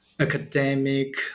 academic